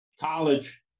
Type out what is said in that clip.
college